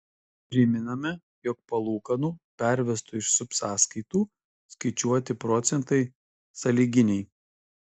primename jog palūkanų pervestų iš subsąskaitų skaičiuoti procentai sąlyginiai